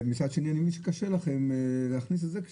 מצד שני אני מבין שקשה לכם להכניס את זה כי